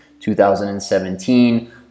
2017